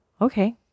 Okay